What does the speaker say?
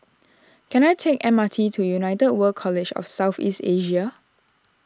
can I take M R T to United World College of South East Asia